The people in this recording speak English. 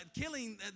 killing